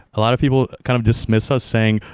a lot of people kind of dismiss us saying,